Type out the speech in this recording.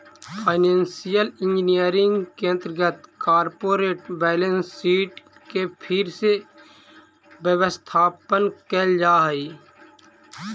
financial engineering के अंतर्गत corporate balance sheet के फिर से व्यवस्थापन कैल जा हई